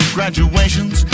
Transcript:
Graduations